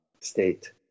state